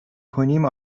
کنیم